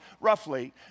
roughly